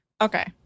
Okay